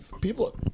people